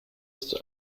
ist